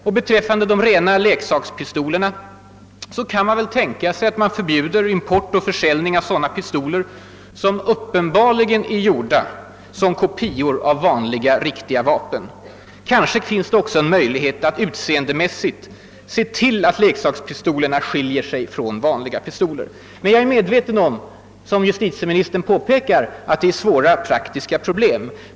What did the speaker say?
Och beträffande de rena leksakspistolerna kan man väl tänka sig att man förbjuder import och försäljning av sådana pistoler som uppenbarligen är gjorda som kopior av vanliga, riktiga vapen. Kanske finns det också en möjlighet att föreskriva att leksakspistoler utseendemässigt skall skilja sig från vanliga pistoler. Men jag är medveten om att det här, som justitieministern påpekade, rymmer svåra praktiska problem.